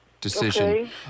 decision